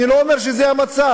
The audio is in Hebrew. אני לא אומר שזה המצב.